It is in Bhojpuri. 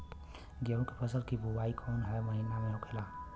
गेहूँ के फसल की बुवाई कौन हैं महीना में होखेला?